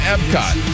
Epcot